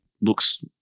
looks